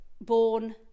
Born